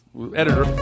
editor